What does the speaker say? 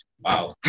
wow